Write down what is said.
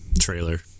trailer